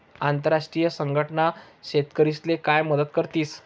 आंतरराष्ट्रीय संघटना शेतकरीस्ले काय मदत करतीस?